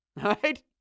right